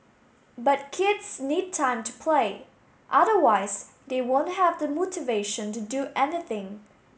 but kids need time to play otherwise they won't have the motivation to do anything